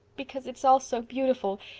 because it's all so beautiful.